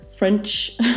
French